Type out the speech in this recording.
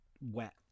wet